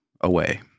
away